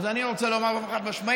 אז אני רוצה לומר באופן חד-משמעי: